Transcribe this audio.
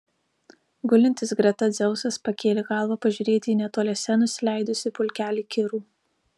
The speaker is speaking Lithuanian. gulintis greta dzeusas pakėlė galvą pažiūrėti į netoliese nusileidusį pulkelį kirų